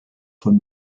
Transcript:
von